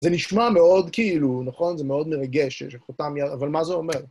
זה נשמע מאוד כאילו, נכון? זה מאוד מרגש שחותם ירד, אבל מה זה אומר?